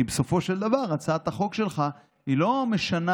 כי בסופו של דבר הצעת החוק שלך לא משנה